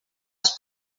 els